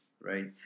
Right